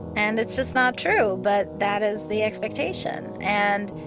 and it's just not true, but that is the expectation. and